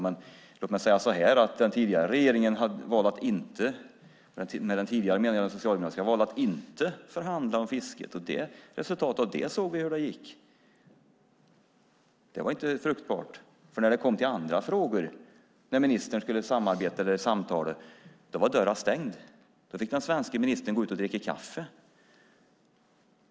Men den tidigare socialdemokratiska regeringen valde att inte förhandla om fisket, och vi såg ju resultatet av det. Det var inte fruktbart. När det kom till andra frågor och ministrarna skulle samtala var dörren stängd, och den svenske ministern fick gå ut och dricka kaffe.